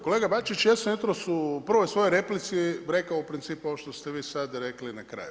Kolega Bačić, ja sam jutros u prvoj svojoj replici rekao u principu ovo što ste vi sada rekli na kraju.